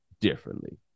differently